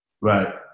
Right